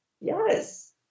Yes